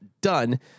done